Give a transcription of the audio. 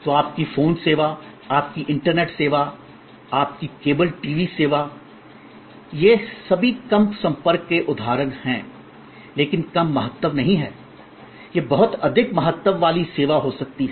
तो आपकी फोन सेवा आपकी इंटरनेट सेवा आपकी केबल टीवी सेवा ये सभी कम संपर्क के उदाहरण हैं लेकिन कम महत्व नहीं है यह बहुत अधिक महत्व वाली सेवा हो सकती है